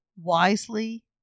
wisely